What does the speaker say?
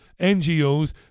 NGOs